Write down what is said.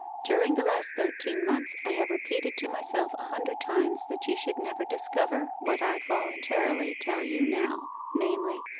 during the last thirteen months i have repeated to myself a hundred times that you should never discover what i voluntarily tell you now, namely,